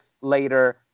later